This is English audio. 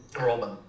roman